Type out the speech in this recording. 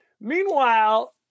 Meanwhile